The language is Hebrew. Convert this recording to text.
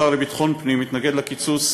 השר לביטחון הפנים מתנגד לקיצוץ